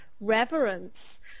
Reverence